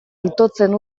itotzen